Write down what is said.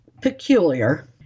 peculiar